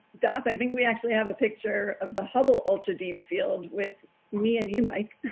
das i think we actually have a picture of the hubble ultra deep field with me and you mike.